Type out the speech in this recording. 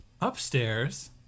upstairs